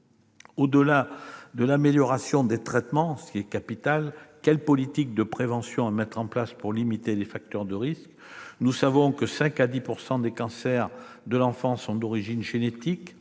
Au-delà de l'amélioration des traitements, qui est capitale, quelle politique de prévention mettre en place pour limiter les facteurs de risques ?